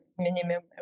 minimum